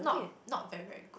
not not very very good